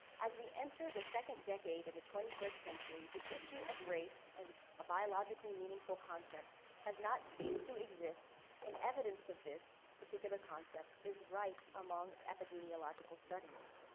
as we enter the second decade in the twenty first century, the issue of race as a biologically meaningful concept has not ceased to exist in evidence of this particular concept is ripe among epidemiological studies.